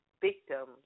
victims